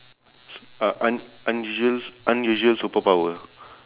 u~ un~ unusual unusual superpower